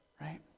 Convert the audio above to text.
Right